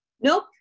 Nope